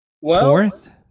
Fourth